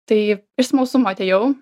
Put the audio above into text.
tai iš smalsumo atėjau